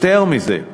יותר מזה,